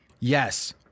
Yes